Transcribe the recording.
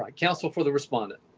like counsel for the respondent.